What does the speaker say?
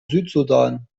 südsudan